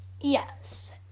Yes